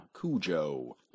Cujo